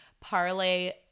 parlay